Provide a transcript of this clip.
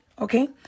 okay